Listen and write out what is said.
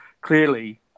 clearly